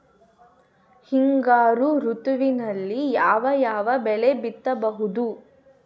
ಹಿಂಗಾರು ಋತುವಿನಲ್ಲಿ ಯಾವ ಯಾವ ಬೆಳೆ ಬಿತ್ತಬಹುದು?